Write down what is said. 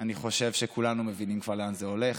אני חושב שכולנו מבינים כבר לאן זה הולך.